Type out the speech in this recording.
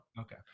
Okay